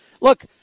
look